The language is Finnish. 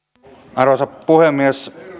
arvoisa puhemies